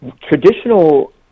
traditional